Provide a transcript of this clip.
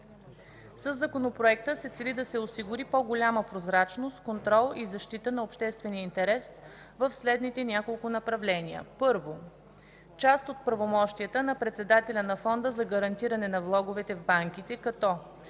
Със законопроекта се цели да се осигури по-голяма прозрачност, контрол и защита на обществения интерес в следните няколко направления: 1. Част от правомощията на председателя на Фонда за гарантиране на влоговете в банките като: